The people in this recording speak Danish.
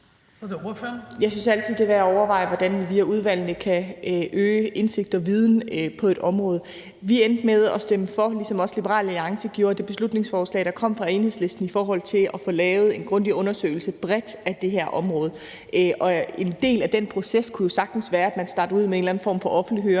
det er værd at overveje, hvordan vi via udvalgene kan øge indsigt og viden på et område. Vi endte med at stemme for, ligesom også Liberal Alliance gjorde, til det beslutningsforslag, der kom fra Enhedslisten, i forhold til at få lavet en grundig undersøgelse bredt af det her område. Og en del af den proces kunne jo sagtens være, at man startede ud med en eller anden form for offentlig høring